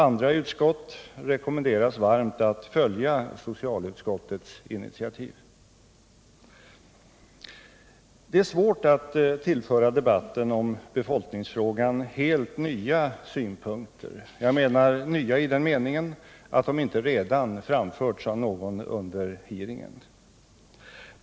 Andra utskott rekommenderas varmt att följa socialutskottets initiativ. Det är svårt att tillföra debatten om befolkningsfrågan helt nya synpunkter —- jag menar nya i den meningen att de inte redan framförts av någon under hearingen.